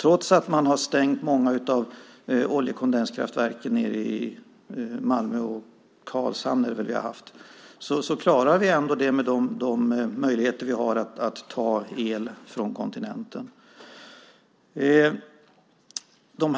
Trots att man har stängt många av oljekondenskraftverken i Malmö och Karlshamn klarar vi ändå det med de möjligheter vi har att ta el från kontinenten. De